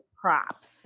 props